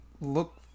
look